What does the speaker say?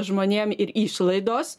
žmonėm ir išlaidos